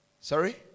Sorry